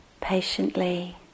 patiently